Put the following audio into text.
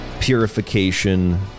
purification